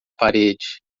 parede